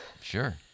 sure